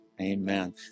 Amen